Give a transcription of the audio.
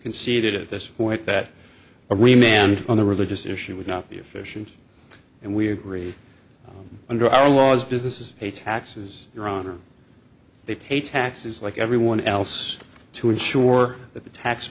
conceded at this point that a remained on the religious issue would not be efficient and we agree under our laws businesses pay taxes your honor they pay taxes like everyone else to ensure that the tax